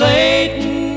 Satan